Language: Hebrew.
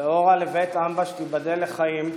ואורה לבית אמב"ש, תיבדל לחיים,